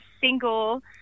single